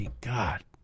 God